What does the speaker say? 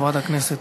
חברת הכנסת.